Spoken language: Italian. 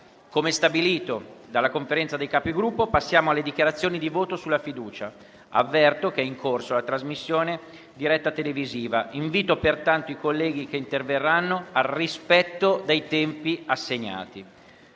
Come stabilito dalla Conferenza dei Capigruppo, si passerà direttamente alle dichiarazioni di voto sulla fiducia. Avverto che è in corso la trasmissione diretta televisiva. Invito pertanto i colleghi che interverranno in dichiarazione di voto